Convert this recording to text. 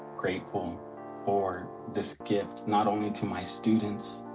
grateful for this gift, not only to my students,